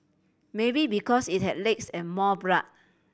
maybe because it had legs and more blood